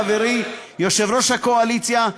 חברי יושב-ראש הקואליציה,